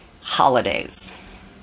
holidays